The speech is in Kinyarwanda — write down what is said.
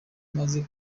maze